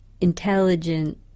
intelligent